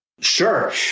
Sure